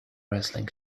wrestling